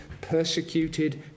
persecuted